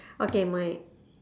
okay my